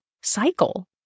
cycle